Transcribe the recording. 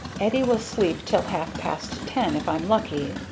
eddie will sleep till half-past ten if i'm lucky.